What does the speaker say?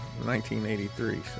1983